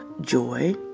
Joy